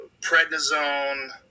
prednisone